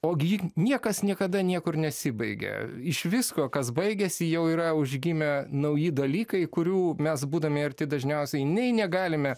ogi niekas niekada niekur nesibaigia iš visko kas baigiasi jau yra užgimę nauji dalykai kurių mes būdami arti dažniausiai nei negalime